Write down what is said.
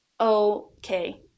okay